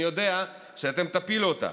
אני יודע שאתם תפילו אותה.